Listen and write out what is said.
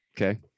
Okay